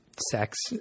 sex